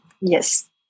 Yes